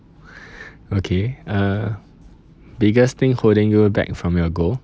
okay uh biggest thing holding you back from your goal